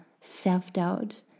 self-doubt